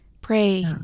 Pray